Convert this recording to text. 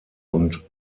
und